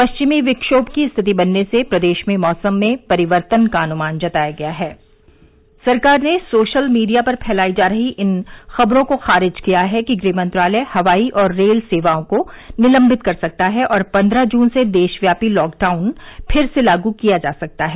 परिचमी विक्षोण की स्थिति बनने से प्रदेश में मौसम में परिवर्तन का अनुमान जताया गया है सरकार ने सोशल मीडिया पर फैलाई जा रही इन खबरों को खारिज किया है कि गृह मंत्रालय हवाई और रेल सेवाओं को निलंबित कर सकता है और पद्रह जून से देशव्यापी लॉकडाउन फिर से लागू किया जा सकता है